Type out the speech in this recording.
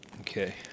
okay